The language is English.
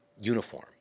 uniform